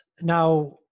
Now